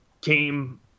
came